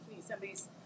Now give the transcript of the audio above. somebody's